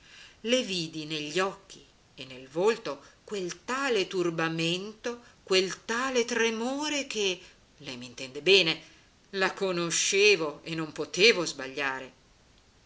le vidi negli occhi e nel volto quel tale turbamento quel tale tremore che lei m'intende bene la conoscevo e non potevo sbagliare